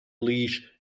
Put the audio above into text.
leash